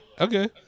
Okay